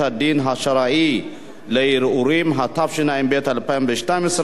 (זכאי בגיל פרישה שיצא את ישראל), התשע"ב 2012,